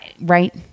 right